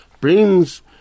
brings